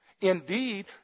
Indeed